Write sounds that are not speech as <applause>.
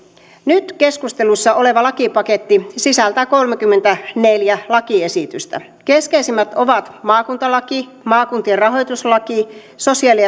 nyt keskustelussa oleva lakipaketti sisältää kolmekymmentäneljä lakiesitystä keskeisimmät ovat maakuntalaki maakuntien rahoituslaki sosiaali <unintelligible>